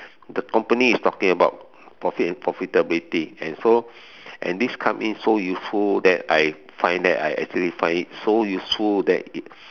the company is talking about profit and profitability and so and this come in so useful that I find that I actually find it so useful that it